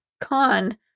con